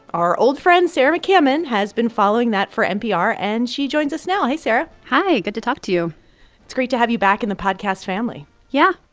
our old friend sarah mccammon has been following that for npr, and she joins us now hey, sarah hi. good to talk to you it's great to have you back in the podcast family yeah.